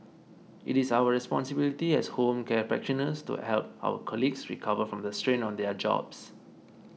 it is our responsibility as home care practitioners to help our colleagues recover from the strain of their jobs